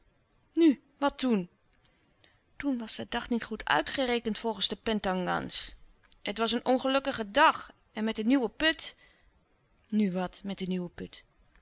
nu wat toen toen was de dag niet goed uitgerekend volgens de petangans het was een ongelukkige dag en met de nieuwe put nu wat met de nieuwe put